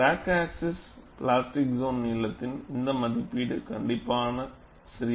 crack axis plastic zone நீளத்தின் இந்த மதிப்பீடு கண்டிப்பாக சரியானதல்ல